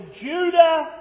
Judah